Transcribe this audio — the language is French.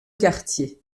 quartier